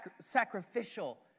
sacrificial